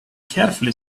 carefully